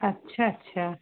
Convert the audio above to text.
अच्छा अच्छा